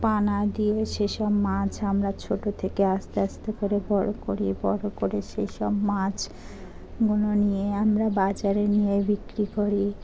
পানা দিয়ে সেসব মাছ আমরা ছোটো থেকে আস্তে আস্তে করে বড়ো করি বড়ো করে সেই সব মাছগুলো নিয়ে আমরা বাজারে নিয়ে বিক্রি করি